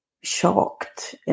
shocked